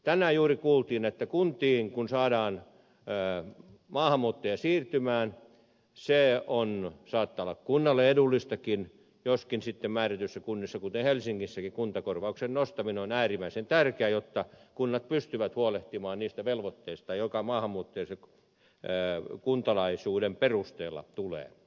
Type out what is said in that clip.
tänään juuri kuultiin että kuntiin kun saadaan maahanmuuttajia siirtymään se saattaa olla kunnalle edullistakin joskin sitten määrätyissä kunnissa kuten helsingissäkin kuntakorvauksen nostaminen on äärimmäisen tärkeää jotta kunnat pystyvät huolehtimaan niistä velvoitteista jotka maahanmuuttajille kuntalaisuuden perusteella tulevat